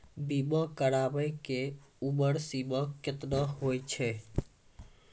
बीमा कराबै के उमर सीमा केतना होय छै?